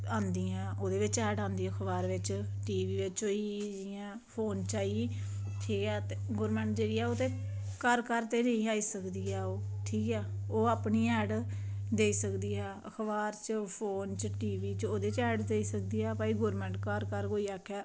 आंदियां ओह्दे बिच ऐड आंदी अखबारै बिच टीवी बिच होई जियां फोन च आई ठीक ऐ गौरमेंट जेह्ड़ी ऐ ते ओह् घर घर ते निं आई सकदी ऐ ठीक ऐ ओह् अपनी ऐड देई सकदी ऐ अखबार च फोन च टीवी च ओह्दे च गौरमेंट ऐड देई सकदी पर अगर कोई आक्खै घर घर